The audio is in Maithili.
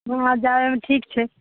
हँ जाए आबैमे ठीक छै